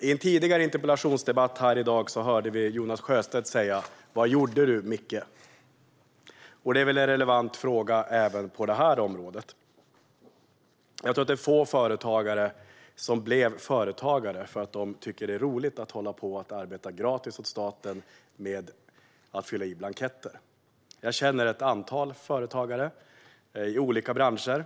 I en tidigare interpellationsdebatt här i dag hörde vi Jonas Sjöstedt säga: Vad gjorde du, Micke? Det är en relevant fråga även på detta område. Jag tror att det är få företagare som blivit företagare därför att de tycker att det är roligt att hålla på att arbeta gratis åt staten med att fylla i blanketter. Jag känner ett antal företagare i olika branscher.